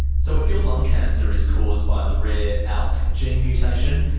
so if your lung cancer is caused by the rare alk gene mutation,